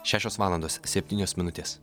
šešios valandos septynios minutės